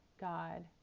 God